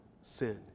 sin